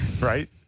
right